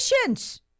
patients